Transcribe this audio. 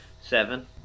seven